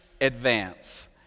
Advance